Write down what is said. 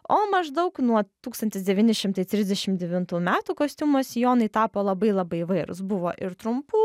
o maždaug nuo tūkstantis devyni šimtai trisdešimt devintų metų kostiumo sijonai tapo labai labai įvairūs buvo ir trumpų